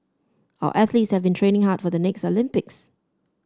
our athletes have been training hard for the next Olympics